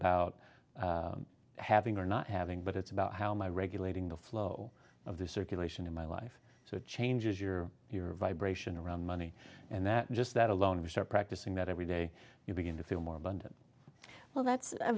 about having or not having but it's about how my regulating the flow of the circulation in my life so it changes your your vibration around money and that just that alone if you start practicing that every day you begin to feel more abundant well that's a